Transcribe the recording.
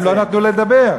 הם לא נתנו לדבר.